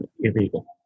illegal